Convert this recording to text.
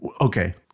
Okay